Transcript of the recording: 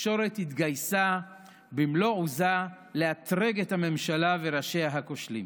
התקשורת התגייסה במלוא עוזה לאתרג את הממשלה וראשיה הכושלים.